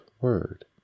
word